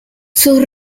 sus